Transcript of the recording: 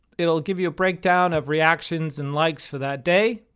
it'll give you a breakdown of reactions and likes for that day.